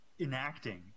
enacting